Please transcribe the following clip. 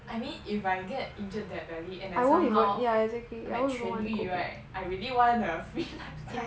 I mean if I get injured that badly and I somehow like 痊愈 right I really wanna free lifetime